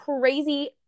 crazy